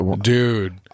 dude